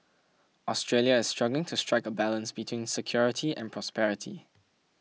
Australia is struggling to strike a balance between security and prosperity